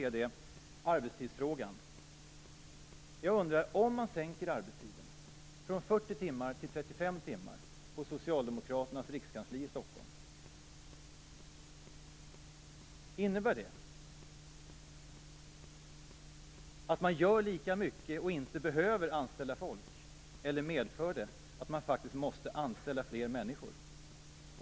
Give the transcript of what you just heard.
För det andra: Om man sänker arbetstiden från 40 timmar till 35 timmar på socialdemokraternas rikskansli i Stockholm, innebär det att man gör lika mycket och inte behöver anställa fler, eller medför det att man måste anställa fler människor?